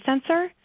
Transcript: sensor